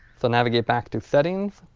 we'll navigate back to settings